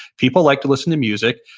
people liked to listen to music,